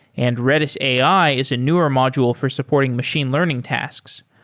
and redis ai is a newer module for supporting machine learning tasks.